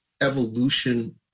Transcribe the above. evolution